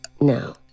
No